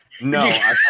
no